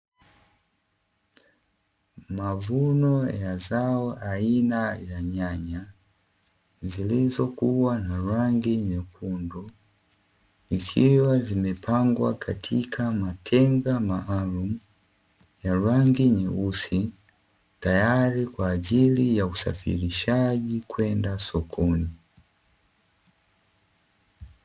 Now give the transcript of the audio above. Mavuno ya zao aina ya nyanya zilizokuwa na rangi nyekundu, ikiwa zimepangwa katika matenga maalumu ya rangi nyeusi tayari kwa ajili ya usafirishaji kwenda sokoni.